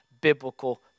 biblical